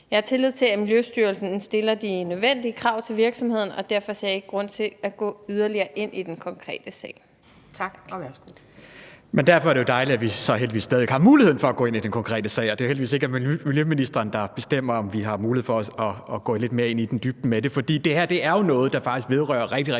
Jeg har tillid til, at Miljøstyrelsen stiller de nødvendige krav til virksomheden, og derfor ser jeg ikke grund til at gå yderligere ind i den konkrete sag. Kl. 18:15 Anden næstformand (Pia Kjærsgaard): Tak. Og værsgo. Kl. 18:15 Michael Aastrup Jensen (V): Men derfor er det jo dejligt, at vi så heldigvis stadig væk har muligheden for at gå ind i den konkrete sag, og at det heldigvis ikke er miljøministeren, der bestemmer, om vi har mulighed for at gå lidt mere i dybden med det, for det her er jo noget, der faktisk vedrører rigtig, rigtig